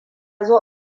zo